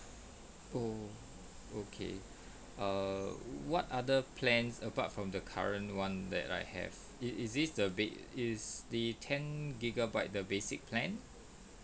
oh okay err what are the plans apart from the current one that I have it it is the bas~ is the ten gigabyte the basic plan